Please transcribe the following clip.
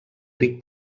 ric